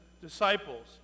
disciples